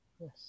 yes